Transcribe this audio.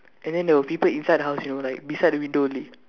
and then there where people inside the house you know like beside the window only